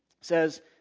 says